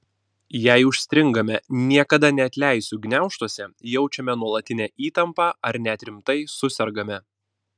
jei užstringame niekada neatleisiu gniaužtuose jaučiame nuolatinę įtampą ar net rimtai susergame